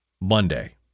Monday